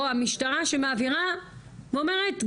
או המשטרה שמעבירה ואומרת,